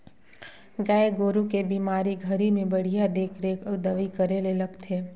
गाय गोरु के बेमारी घरी में बड़िहा देख रेख अउ दवई करे ले लगथे